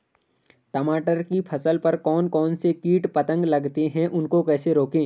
टमाटर की फसल पर कौन कौन से कीट पतंग लगते हैं उनको कैसे रोकें?